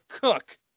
cook